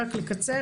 שני נוצרים,